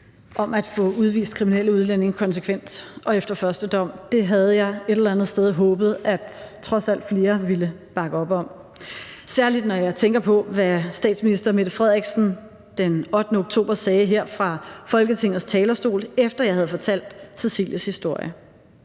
om at få udvist kriminelle udlændinge konsekvent og efter første dom. Det havde jeg et eller andet sted håbet trods alt flere ville bakke op om, særlig når jeg tænker på, hvad statsminister Mette Frederiksen den 8. oktober sagde her fra Folketingets talerstol, efter at jeg havde fortalt Cecilies historie: